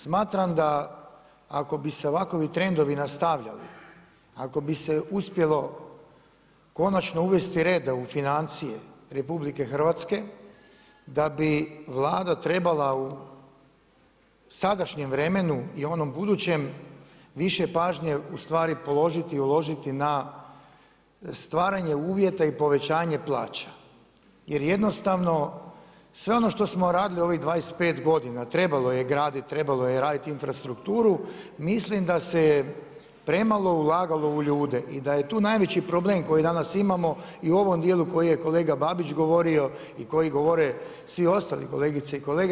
Smatram da ako bi se ovakovi trendovi nastavljali, ako bi se uspjelo konačno uvesti reda u financije RH da bi Vlada trebala u sadašnjem vremenu i onom budućem više pažnje uložiti na stvaranje uvjeta i povećanje plaća jer jednostavno sve ono što smo radili ovih 25 godina trebalo je graditi, trebalo je raditi infrastrukturu mislim da se je premalo ulagalo u ljude i da je tu najveći problem koji danas imamo i u ovom dijelu o kojem je kolega Babić govorio i koji govore svi ostali kolegice i kolege.